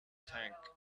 tank